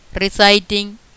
reciting